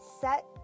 set